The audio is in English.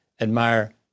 admire